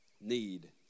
need